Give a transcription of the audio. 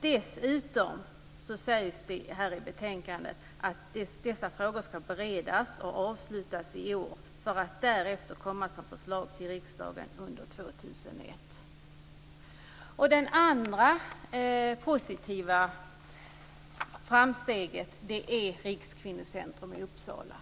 Dessutom sägs det i betänkandet att dessa frågor ska beredas och avslutas i år för att därefter komma som förslag till riksdagen under 2001. Det andra positiva framsteget är Rikskvinnocentrum i Uppsala,